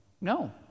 no